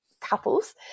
couples